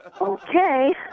Okay